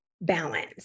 balance